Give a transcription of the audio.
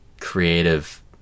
creative